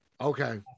Okay